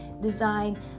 design